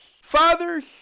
fathers